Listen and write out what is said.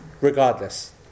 Regardless